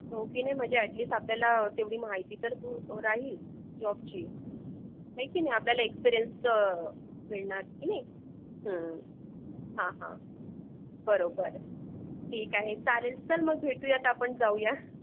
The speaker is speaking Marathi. हो की नाही म्हणजे ॲट लिस्ट आपल्याला तेवढी माहिती तर हो ओ राहील जॉबची आहे की नाही आपल्याला एक्सपिरियन्स मिळणार की नाही हा हा बरोबर ठीक आहे चालेल चल मग भेटूयात आपण जाऊया